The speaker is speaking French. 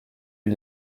est